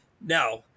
Now